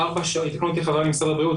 יתקנו אותי חבריי ממשרד הבריאות,